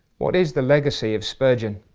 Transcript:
what is the legacy of spurgeon.